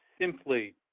simply